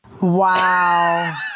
Wow